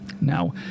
now